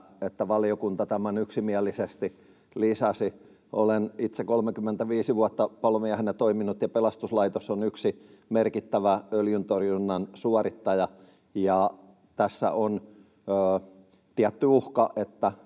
että valiokunta tämän yksimielisesti lisäsi. Olen itse 35 vuotta palomiehenä toiminut, ja pelastuslaitos on yksi merkittävä öljyntorjunnan suorittaja. Tässä on tietty uhka,